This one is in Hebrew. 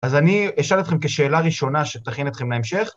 אז אני אשאל אתכם כשאלה ראשונה שתכין אתכם להמשך.